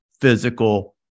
physical